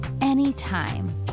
anytime